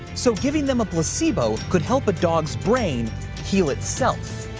so giving them a placebo could help a dog's brain heal itself.